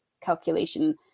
calculation